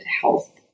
health